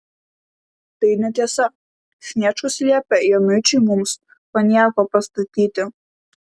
tai netiesa sniečkus liepė januičiui mums konjako pastatyti